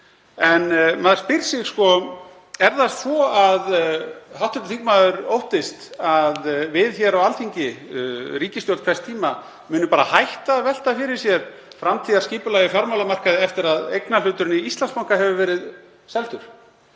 En maður spyr sig: Er það svo að hv. þingmaður óttist að við hér á Alþingi, ríkisstjórn hvers tíma, muni bara hætta að velta fyrir sér framtíðarskipulagi á fjármálamarkaði eftir að eignarhluturinn í Íslandsbanka hefur verið seldur,